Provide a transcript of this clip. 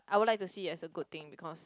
I would like to see as a good thing because